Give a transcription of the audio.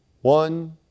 one